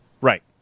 Right